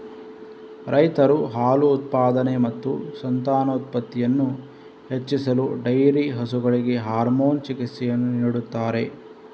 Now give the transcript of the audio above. ರೈತರು ಹಾಲು ಉತ್ಪಾದನೆ ಮತ್ತು ಸಂತಾನೋತ್ಪತ್ತಿಯನ್ನು ಹೆಚ್ಚಿಸಲು ಡೈರಿ ಹಸುಗಳಿಗೆ ಹಾರ್ಮೋನ್ ಚಿಕಿತ್ಸೆಯನ್ನು ನೀಡುತ್ತಾರೆ